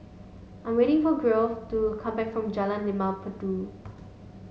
I'm waiting for Geoff to come back from Jalan Limau Purut